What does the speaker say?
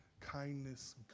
kindness